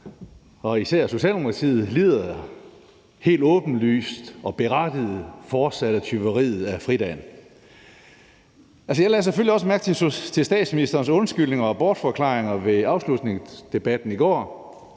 især Socialdemokratiet lider fortsat, helt åbenlyst og berettiget, under tyveriet af fridagen. Jeg lagde selvfølgelig også mærke til statsministerens undskyldninger og bortforklaringer ved afslutningsdebatten i går.